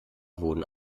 wurden